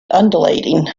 undulating